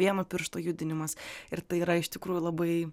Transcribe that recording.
vieno piršto judinimas ir tai yra iš tikrųjų labai